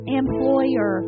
employer